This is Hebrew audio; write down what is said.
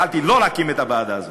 יכולתי שלא להקים את הוועדה הזאת.